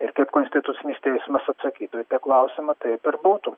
ir taip konstitucinis teismas atsakytų į tą klausimą taip ir būtų